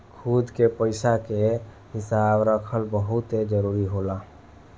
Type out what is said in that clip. खुद के पइसा के हिसाब रखल बहुते जरूरी होला